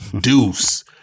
Deuce